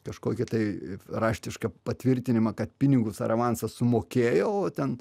kažkokį tai raštišką patvirtinimą kad pinigus ar avansą sumokėjo o ten